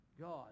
God